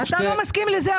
אתה לא מסכים לזה,